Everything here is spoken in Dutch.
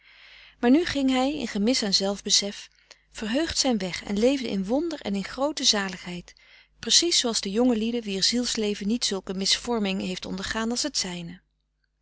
maar nu ging hij in gemis aan zelfbesef verheugd zijn weg en leefde in wonder en in groote zaligheid precies zooals de jonge lieden wier zielsleven niet zulk een misvorming heeft ondergaan als het zijne